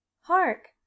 hark